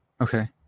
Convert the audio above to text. Okay